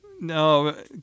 No